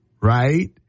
right